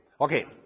Okay